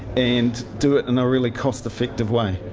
and do it in a really cost effective way?